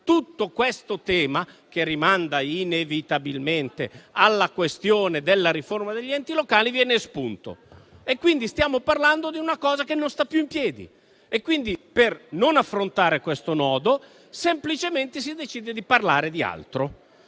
Tutto questo tema, che rimanda inevitabilmente alla questione della riforma degli enti locali, viene espunto e quindi stiamo parlando di una cosa che non sta più in piedi e, per non affrontare questo nodo, semplicemente si decide di parlare di altro